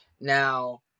Now